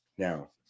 Now